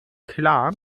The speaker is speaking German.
klar